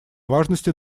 важности